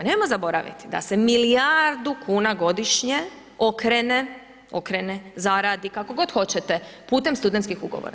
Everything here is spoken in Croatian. Nemojmo zaboraviti da se milijardu kuna godišnje okrene, zaradi kako god hoćete putem studentskih ugovora.